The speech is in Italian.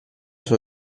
sua